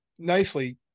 Nicely